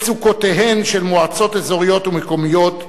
מצוקותיהן של מועצות אזוריות ומקומיות,